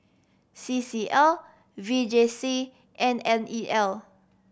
C C L V J C and N E L